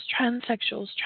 transsexuals